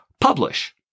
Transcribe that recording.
publish